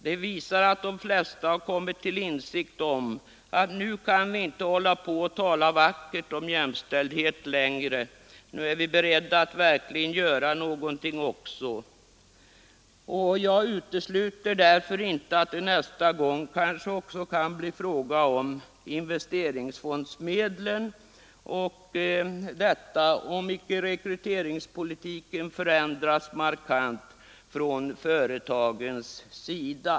Det visar att de flesta har kommit till insikt om att nu kan vi inte bara hålla på och tala vackert om jämställdhet längre — nu är vi beredda att verkligen göra någonting också. Jag utesluter därför inte att det nästa gång även kan bli fråga om investeringsfondsmedlen — detta om icke rekryteringspolitiken förändras markant från företagens sida.